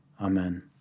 Amen